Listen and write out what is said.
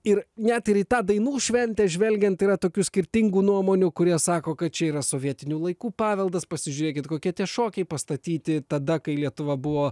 ir net ir į tą dainų šventę žvelgiant yra tokių skirtingų nuomonių kurie sako kad čia yra sovietinių laikų paveldas pasižiūrėkit kokie tie šokiai pastatyti tada kai lietuva buvo